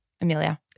Amelia